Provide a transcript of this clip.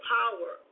power